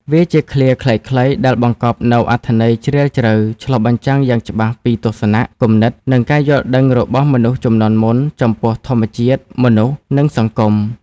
វាជាឃ្លាខ្លីៗដែលបង្កប់នូវអត្ថន័យជ្រាលជ្រៅ ឆ្លុះបញ្ចាំងយ៉ាងច្បាស់ពីទស្សនៈ គំនិត និងការយល់ដឹងរបស់មនុស្សជំនាន់មុនចំពោះធម្មជាតិ មនុស្ស និងសង្គម។